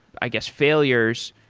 i guess, failures.